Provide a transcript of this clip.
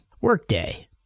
Workday